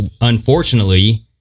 Unfortunately